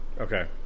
Okay